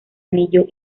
anillo